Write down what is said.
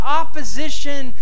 opposition